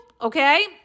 okay